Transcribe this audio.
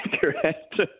Correct